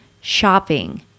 shopping